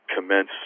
commence